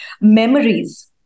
memories